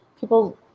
people